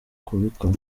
kubikora